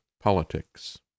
politics